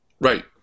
Right